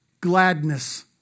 gladness